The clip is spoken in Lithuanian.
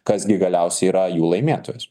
kas gi galiausiai yra jų laimėtojas